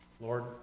Lord